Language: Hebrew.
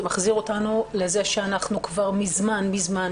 זה מחזיר אותנו לזה שאנחנו כבר מזמן-מזמן-מזמן